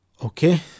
Okay